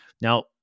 Now